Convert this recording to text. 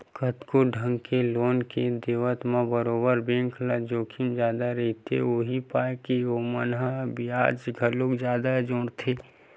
कतको ढंग के लोन के देवत म बरोबर बेंक ल जोखिम जादा रहिथे, उहीं पाय के ओमन ह बियाज घलोक जादा जोड़थे